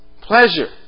Pleasure